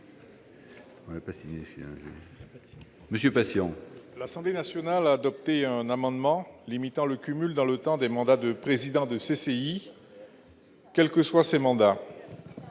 Georges Patient. L'Assemblée nationale a adopté un amendement limitant le cumul dans le temps des mandats de président de CCI, quels que soient ces mandats